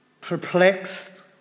perplexed